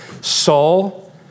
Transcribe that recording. Saul